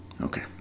Okay